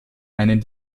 einen